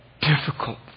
difficult